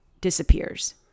disappears